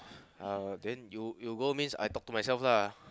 uh then you go means I talk to myself lah